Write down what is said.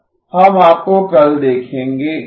हम आपको कल देखेंगें